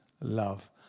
love